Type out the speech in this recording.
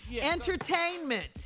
Entertainment